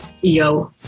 Yo